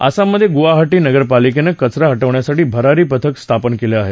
आसाममधे गुवाहाटी महानगरपालिकेनं कचरा हटवण्यासाठी भरारी पथकं स्थापन केली आहेत